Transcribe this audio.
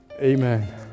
Amen